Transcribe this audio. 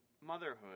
motherhood